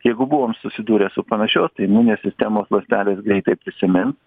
jeigu buvom susidūrę su panašios tai imuninės sistemos ląstelės greitai prisimins